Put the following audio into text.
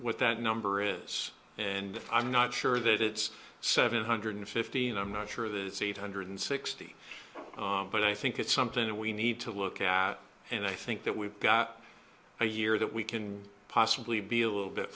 what that number is and i'm not sure that it's seven hundred fifty and i'm not sure of the eight hundred sixty but i think it's something that we need to look at and i think that we've got a year that we can possibly be a little bit